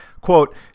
quote